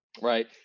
right